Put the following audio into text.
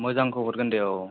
मोजांखौ हरगोन दे औ